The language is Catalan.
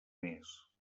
més